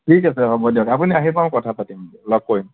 ঠিক আছে হ'ব দিয়ক আপুনি আহি পাওঁক কথা পাতিম লগ কৰিম